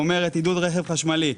אומרת עידוד רכב חשמלי.